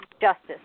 justice